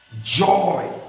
joy